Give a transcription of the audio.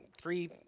three